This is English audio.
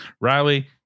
Riley